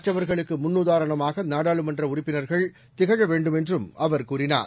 மற்றவர்களுக்கு முன்னுதாரணமாக நாடாளுமன்ற உறுப்பினர்கள் திகழ வேண்டும் என்றும் அவர் கூறினார்